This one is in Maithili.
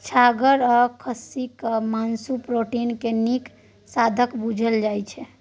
छागर आ खस्सीक मासु प्रोटीन केर नीक साधंश बुझल जाइ छै